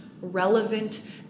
relevant